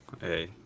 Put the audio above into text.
Hey